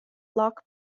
loch